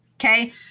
okay